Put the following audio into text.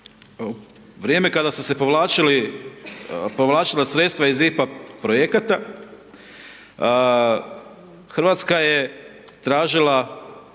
vrijeme kada su se povlačila sredstva iz IPA projekata, Hrvatska je tražila